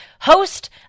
host